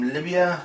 Libya